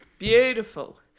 Beautiful